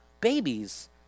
babies